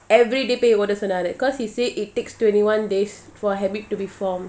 everyday சொன்னாரு:sonnaru cause he say it takes twenty one days for habit to be formed